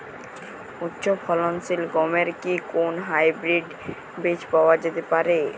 উচ্চ ফলনশীল গমের কি কোন হাইব্রীড বীজ পাওয়া যেতে পারে?